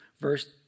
verse